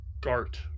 Gart